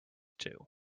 too